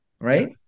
right